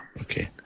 Okay